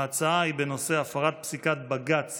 ההצעה היא בנושא הפרת פסיקת בג"ץ